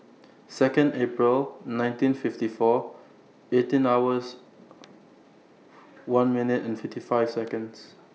Second April nineteen fifty four eighteen hours one minutes and fifty five Seconds